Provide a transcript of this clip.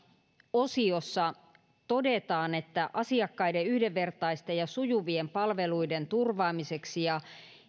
osiossa todetaan että asiakkaiden yhdenvertaisten ja sujuvien palveluiden turvaamiseksi ja